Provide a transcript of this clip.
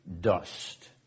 dust